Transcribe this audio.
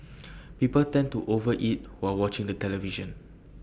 people tend to over eat while watching the television